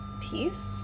peace